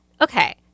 okay